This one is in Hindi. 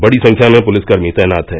बड़ी संख्या में पुलिसकर्मी तैनात हैं